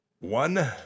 One